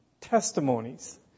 Testimonies